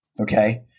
Okay